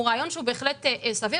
הוא רעיון שהוא בהחלט סביר.